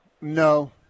No